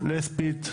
לסבית,